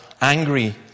angry